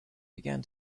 began